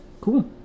cool